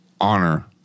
honor